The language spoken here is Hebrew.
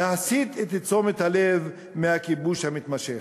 להסיט את תשומת לב הציבור מהכיבוש המתמשך.